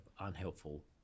unhelpful